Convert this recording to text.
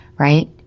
right